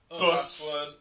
Password